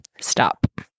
stop